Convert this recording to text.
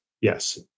Yes